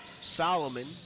Solomon